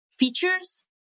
features